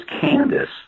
Candace